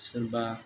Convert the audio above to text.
सोरबा